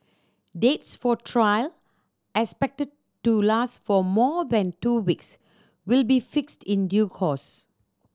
dates for trial expected to last for more than two weeks will be fixed in due course